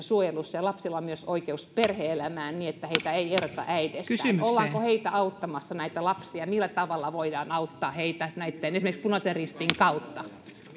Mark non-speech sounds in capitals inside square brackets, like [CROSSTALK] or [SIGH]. [UNINTELLIGIBLE] suojelussa ja lapsilla on myös oikeus perhe elämään niin että heitä ei eroteta äideistään ollaanko näitä lapsia auttamassa millä tavalla heitä voidaan auttaa esimerkiksi punaisen ristin kautta